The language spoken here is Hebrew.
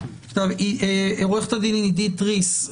עורך הדין עידית ריס,